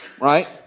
Right